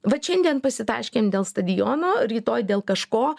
vat šiandien pasitaškėm dėl stadiono rytoj dėl kažko